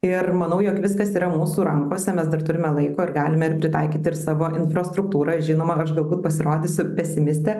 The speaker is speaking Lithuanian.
ir manau jog viskas yra mūsų rankose mes dar turime laiko ir galime ir pritaikyti ir savo infrastruktūrą žinoma aš galbūt pasirodysiu pesimistė